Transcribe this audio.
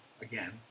Again